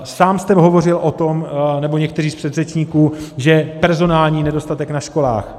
Sám jste hovořil o tom, nebo někteří z předřečníků, že je personální nedostatek na školách.